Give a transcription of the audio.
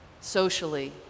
socially